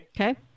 Okay